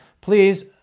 please